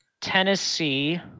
Tennessee